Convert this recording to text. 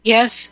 Yes